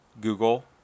Google